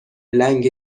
لنگ